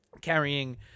carrying